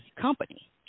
company